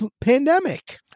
pandemic